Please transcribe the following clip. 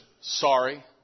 sorry